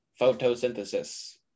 Photosynthesis